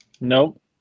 Nope